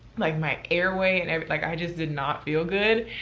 like my airway. and like i just did not feel good.